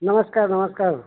नमस्कार नमस्कार